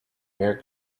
air